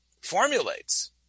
formulates